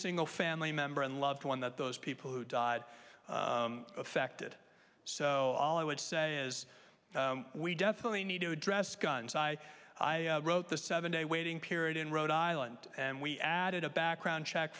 single family member and loved one that those people who died affected so all i would say is we definitely need to address guns i i wrote the seven day waiting period in rhode island and we added a background check